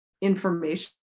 information